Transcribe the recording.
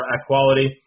equality